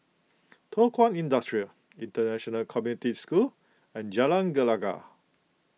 Thow Kwang Industry International Community School and Jalan Gelegar